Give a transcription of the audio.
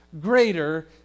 greater